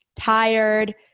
tired